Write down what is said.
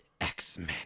X-Men